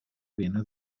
viene